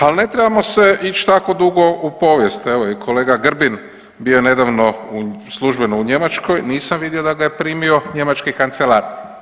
Al ne trebamo se ić tako dugo u povijest, evo i kolega Grbin bio je nedavno službeno u Njemačkoj, nisam vidio da ga je primio njemački kancelar.